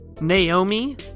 Naomi